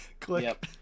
click